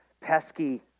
pesky